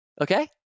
Okay